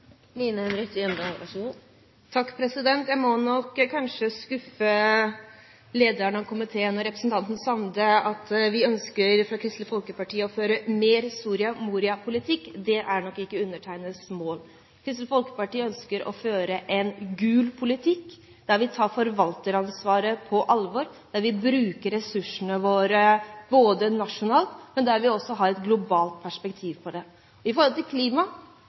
Jeg må nok kanskje skuffe lederen av komiteen, representanten Sande. At vi i Kristelig Folkeparti ønsker å føre mer Soria Moria-politikk, er nok ikke undertegnedes mål. Kristelig Folkeparti ønsker å føre en gul politikk, der vi tar forvalteransvaret på alvor, der vi bruker ressursene våre nasjonalt, men der vi også har et globalt perspektiv på det. Når det gjelder klima,